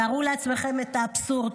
תארו לעצמכם את האבסורד.